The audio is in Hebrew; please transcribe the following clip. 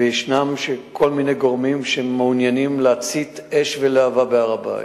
וישנם כל מיני גורמים שמעוניינים להצית אש ולהבה בהר-הבית.